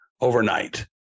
overnight